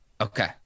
Okay